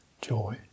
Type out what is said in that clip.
joy